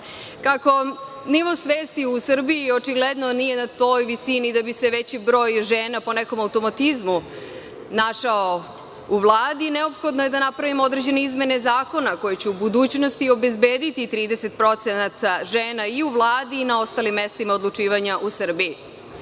Kako nivo svesti u Srbiji očigledno nije na toj visini da bi se veći broj žena po nekom automatizmu našao u Vladi, neophodno je da napravimo određene izmene zakona koje će u budućnosti obezbediti 30% žena i u Vladi i na ostalim mestima odlučivanja u Srbiji. To